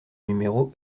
numéro